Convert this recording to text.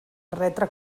retre